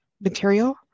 material